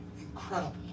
incredible